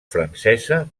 francesa